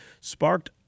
sparked